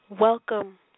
Welcome